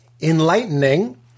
enlightening